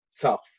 Tough